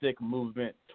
movement